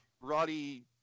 Roddy